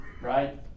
Right